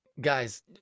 guys